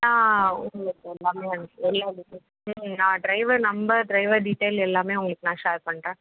நான் உங்களுக்கு எல்லாமே அனுப் எல்லா டீட்டெய்ல்ஸுமே நான் ட்ரைவர் நம்பர் ட்ரைவர் டீட்டெய்ல் எல்லாமே நான் உங்களுக்கு நான் ஷேர் பண்ணுறேன்